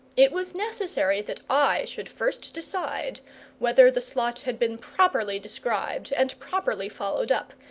it was necessary that i should first decide whether the slot had been properly described and properly followed up,